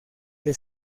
que